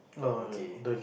okay